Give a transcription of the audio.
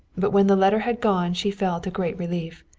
but when the letter had gone she felt a great relief.